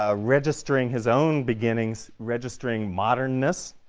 ah registering his own beginnings, registering modernness,